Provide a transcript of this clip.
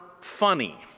funny